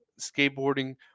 skateboarding